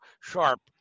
sharp